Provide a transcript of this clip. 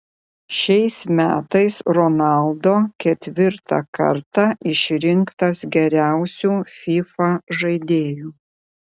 šiais metais ronaldo ketvirtą kartą išrinktas geriausiu fifa žaidėju